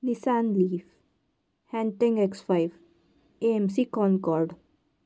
Nissan Leaf Hanteng X five M C concord